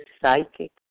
psychic